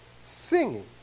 singing